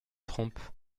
trompe